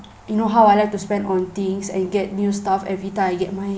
you know how I like to spend on things and get new stuff every time I get my